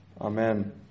Amen